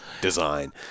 design